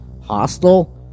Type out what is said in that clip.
Hostile